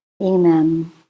Amen